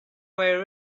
were